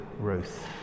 Ruth